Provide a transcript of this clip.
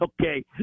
okay